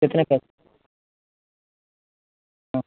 कितने का हाँ